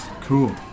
Cool